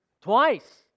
Twice